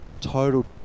total